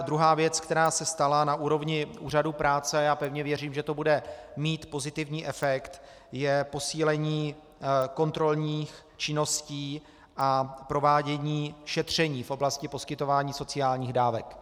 Druhá věc, která se stala na úrovni úřadů práce pevně věřím, že to bude mít pozitivní efekt je posílení kontrolních činností a provádění šetření v oblasti poskytování sociálních dávek.